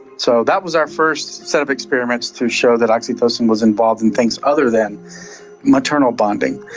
so that was our first set of experiments to show that oxytocin was involved in things other than maternal bonding.